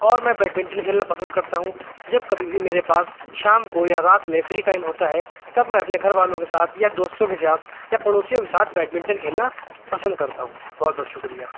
اور میں badminton کھیلنا پسند کرتا ہوں جب کبھی بھی میرے پاس شام کو یا رات میں فری ٹائم ہوتا ہے تب میں اپنے گھر والوں کے ساتھ یا دوستوں کے ساتھ یا پڑوسیوں کے ساتھ بیڈ مینٹن کھیلنا پسند کرتا ہوں بہت بہت شکریہ